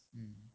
mm